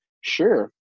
sure